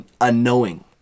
unknowing